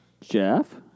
Jeff